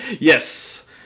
yes